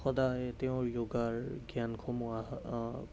সদায় তেওঁ য়োগাৰ জ্ঞানসমূহ